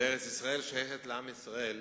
וארץ-ישראל שייכת לעם ישראל